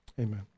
Amen